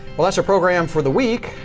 well, that's our program for the week.